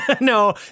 No